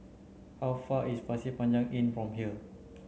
how far is Pasir Panjang Inn from here